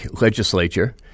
legislature